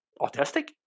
autistic